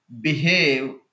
behave